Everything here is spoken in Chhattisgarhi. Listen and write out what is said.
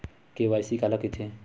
के.वाई.सी काला कइथे?